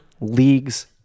league's